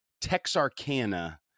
Texarkana